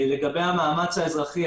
לגבי המאמץ האזרחי,